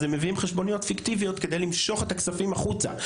אז הם מביאים חשבוניות פיקטיביות כדי למשוך את הכספים החוצה,